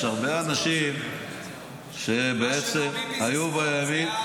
יש הרבה אנשים שבעצם היו בימין,